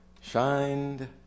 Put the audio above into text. shined